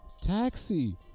Taxi